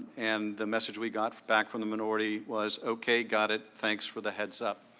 and, the message we got back from the minority was ok, got it. thanks for the heads up.